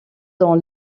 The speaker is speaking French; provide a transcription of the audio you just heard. dans